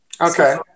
Okay